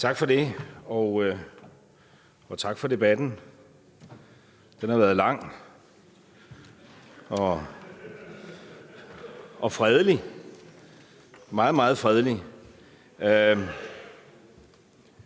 Tak for det, og tak for debatten. Den har været lang og fredelig, meget, meget fredelig,